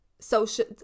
social